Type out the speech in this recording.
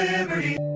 Liberty